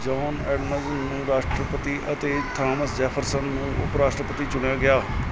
John Adams ਨੂੰ ਰਾਸ਼ਟਰਪਤੀ ਅਤੇ ਥਾਮਸ ਜੈਫਰਸਨ ਨੂੰ ਉਪ ਰਾਸ਼ਟਰਪਤੀ ਚੁਣਿਆ ਗਿਆ